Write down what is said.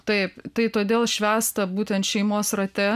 taip tai todėl švęsta būtent šeimos rate